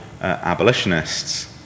abolitionists